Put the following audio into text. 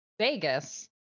Vegas